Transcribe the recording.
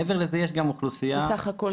מעבר לזה יש גם אוכלוסייה --- בסך הכול,